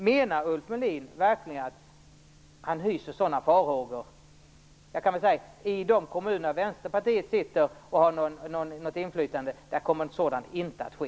Menar Ulf Melin verkligen att han hyser sådana farhågor? I de kommuner där Vänsterpartiet har något inflytande kommer något sådant inte att ske.